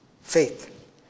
Faith